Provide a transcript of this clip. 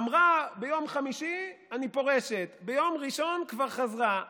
אמרה ביום חמישי: אני פורשת, ביום ראשון כבר חזרה.